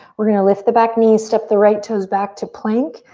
we're gonna lift the back knee, step the right toes back to plank.